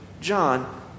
John